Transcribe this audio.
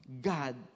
God